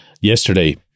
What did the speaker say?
yesterday